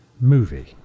movie